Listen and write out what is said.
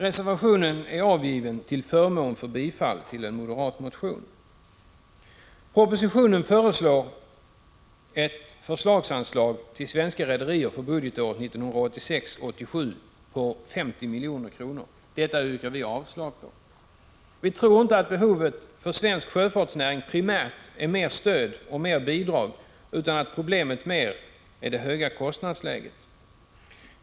Reservationen är avgiven till förmån för bifall till en moderat motion. I propositionen föreslås ett förslagsanslag till svenska rederier för budgetåret 1986/87 på 50 milj.kr. Detta yrkar vi avslag på. Vi tror inte att vad svensk sjöfartsnäring primärt behöver är mer stöd och mer bidrag, utan att problemet snarare är det höga kostnadsläget.